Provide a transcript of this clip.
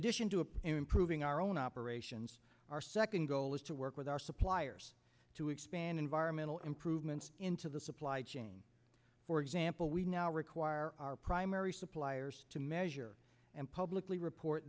addition to a improving our own operations our second goal is to work with our suppliers to expand environmental improvements into the supply chain for example we now require our primary suppliers to measure and publicly report